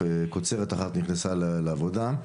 קוצרת אחת נכנסה לעבודה,